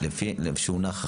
כפי שהונח עכשיו.